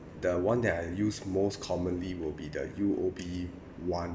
the one that I use most commonly will be the U_O_B one